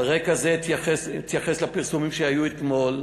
על רקע זה אתייחס לפרסומים שהיו אתמול.